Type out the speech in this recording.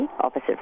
opposite